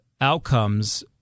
outcomes